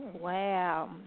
Wow